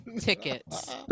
tickets